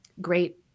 great